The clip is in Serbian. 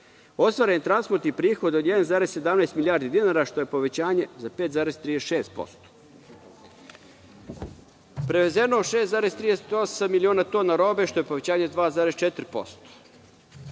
priče. Ostvareni transportni prihod je 1,17 milijardi dinara, što je povećanje za 5,36%. Prevezeno je 6,38 miliona tona robe, što je povećanje od 2,4%.